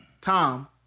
Tom